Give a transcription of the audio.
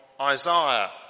Isaiah